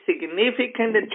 significant